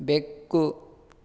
ಬೆಕ್ಕು